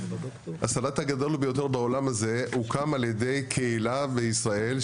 הסלט הגדול ביותר בעולם הזה הוקם על ידי קהילה בישראל,